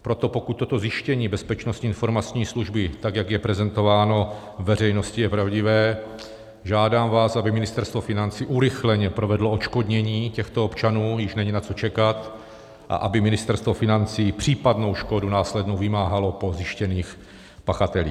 Proto pokud toto zjištění Bezpečnostní informační služby, tak jak je prezentováno veřejnosti, je pravdivé, žádám vás, aby Ministerstvo financí urychleně provedlo odškodnění těchto občanů, již není na co čekat, a aby Ministerstvo financí případnou následnou škodu vymáhalo po zjištěných pachatelích.